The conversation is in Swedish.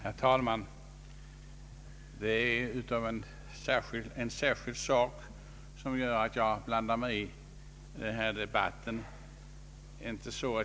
Herr talman! Det är en särskild sak som gör att jag blandar mig i debatten.